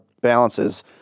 balances